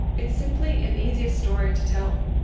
it's simply an easier story to tell.